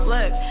Look